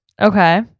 okay